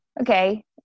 Okay